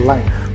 Life